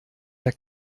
der